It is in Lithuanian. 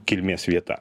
kilmės vieta